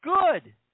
Good